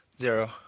Zero